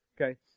okay